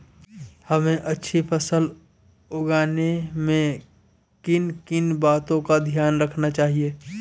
हमें अच्छी फसल उगाने में किन किन बातों का ध्यान रखना चाहिए?